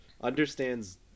understands